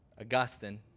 Augustine